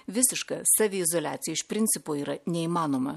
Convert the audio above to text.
visiška saviizoliacija iš principo yra neįmanoma